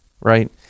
right